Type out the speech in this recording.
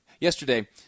yesterday